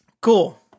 Cool